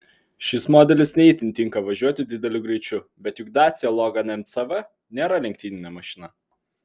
šis modelis ne itin tinka važiuoti dideliu greičiu bet juk dacia logan mcv nėra lenktyninė mašina